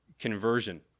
conversion